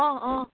অঁ অঁ